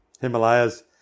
Himalayas